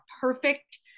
perfect